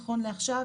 נכון לעכשיו,